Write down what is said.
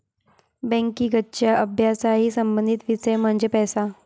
बँकिंगच्या अभ्यासाशी संबंधित विषय म्हणजे पैसा